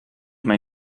mij